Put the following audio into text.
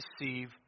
receive